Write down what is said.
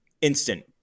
instant